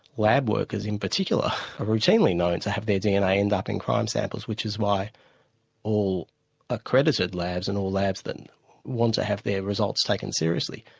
lab workers in particular are generally known to have their dna end up in crime samples, which is why all accredited labs and all labs that want to have their results taken seriously,